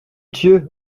thieux